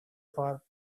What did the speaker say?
far